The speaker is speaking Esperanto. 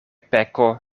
peko